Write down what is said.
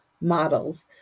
models